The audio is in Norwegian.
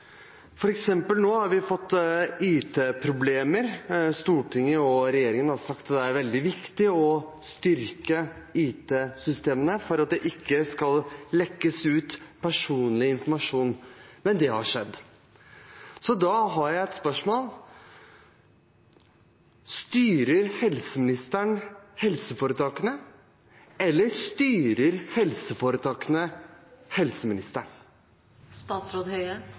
Nå har vi f.eks. fått IT-problemer. Stortinget og regjeringen har sagt at det er veldig viktig å styrke IT-systemene slik at det ikke skal lekke ut personlig informasjon – men det har skjedd. Da har jeg et spørsmål: Styrer helseministeren helseforetakene, eller styrer helseforetakene